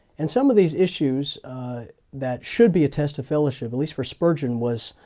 and some of these issues that should be a test of fellowship, at least for spurgeon was,